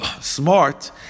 smart